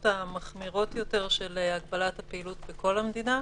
המחמירות יותר של הגבלות הפעילות בכל המדינה.